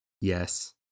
Yes